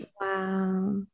Wow